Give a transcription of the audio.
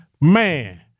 Man